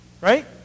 Right